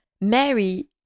Mary